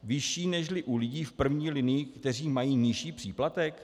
Vyšší nežli u lidí v první linii, kteří mají nižší příplatek?